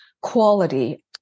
quality